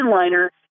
liner